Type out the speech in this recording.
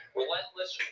Relentless